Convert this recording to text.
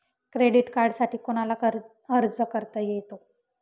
Credit कार्डसाठी कोणाला अर्ज करता येतो?